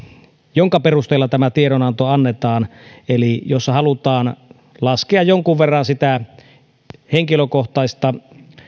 jonka perusteella tämä tiedonanto annetaan eli jossa halutaan laskea jonkun verran sitä henkilökohtaista